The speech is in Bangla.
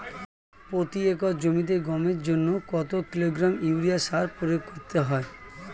প্রতি একর জমিতে গমের জন্য কত কিলোগ্রাম ইউরিয়া সার প্রয়োগ করতে হয়?